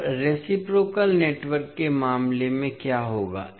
अब reciprocal network के मामले में क्या होगा